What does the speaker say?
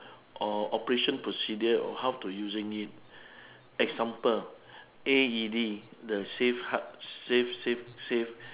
or operation procedure or how to using it example A_E_D the save heart save save save